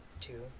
Two